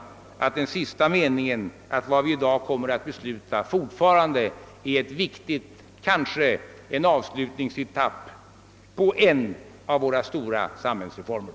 Jag anser att också vad vi i dag kommer att besluta är en viktig reform, kanske en avslutningsetapp på en av våra stora samhällsreformer.